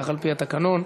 ככה לפי התקנון.